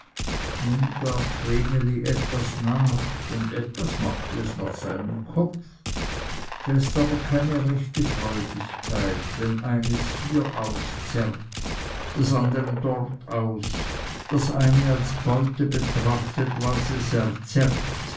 nun gab vreneli etwas nach und etwas machte es nach seinem kopf da ist aber keine rechte freudigkeit wenn eines hieraus zerrt das andere dortaus das eine als beute betrachtet was es